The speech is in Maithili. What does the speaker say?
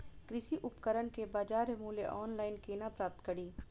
कृषि उपकरण केँ बजार मूल्य ऑनलाइन केना प्राप्त कड़ी?